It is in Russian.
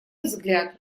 взгляд